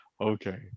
okay